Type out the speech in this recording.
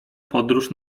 podróż